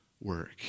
work